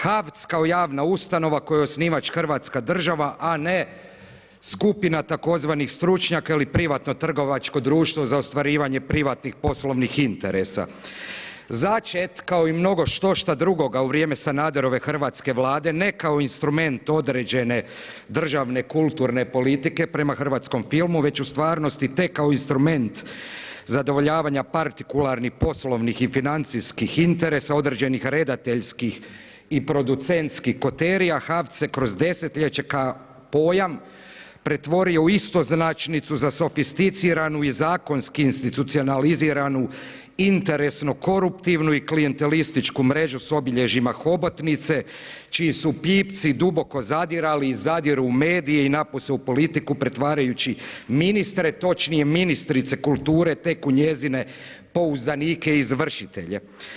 HAVC kao javna ustanova kojoj je osnivač Hrvatska država a ne skupina tzv. stručnjaka ili privatno trgovačko društvo za osnivanje privatnih poslovnih interesa. … kao i mnogo što štošta drugoga u vrijeme Sanaderove hrvatske Vlade, ne kao instrument određene državne kulturne politike prema hrvatskom filmu već u stvarnosti tek kao instrument zadovoljavanja partikularnih poslovnih i financijskih interesa, određenih redateljskih i producentskih koterija HAVC se kroz desetljeće pojam pretvorio u istoznačnicu za sofisticiranu i zakonski institucionaliziranu interesnu koruptivnu i klijentilističku mrežu s obilježjima hobotnice čiji su pipci duboko zadirali i zadiru u medije i napose u politiku pretvarajući ministre, točnije ministrice kulture tek u njezine pouzdanike i izvršitelje.